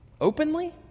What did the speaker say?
openly